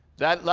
that,